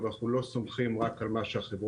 אבל אנחנו לא סומכים רק על מה שהחברות